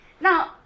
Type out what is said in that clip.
Now